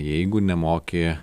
jeigu nemoki